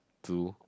to